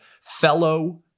fellow